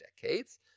decades